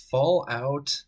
Fallout